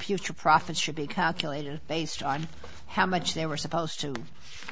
pure profit should be calculated based on how much they were supposed to